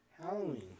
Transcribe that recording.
Halloween